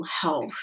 health